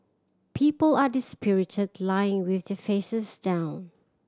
people are dispirited lying with their faces down